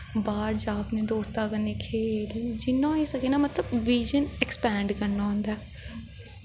बाह्र जा अपने दोस्तें कन्नै खेल जिन्ना होई सकै मतलब बिज़न अक्सपैंड़ करना होंदा ऐ